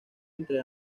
entre